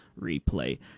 replay